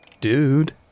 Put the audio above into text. Dude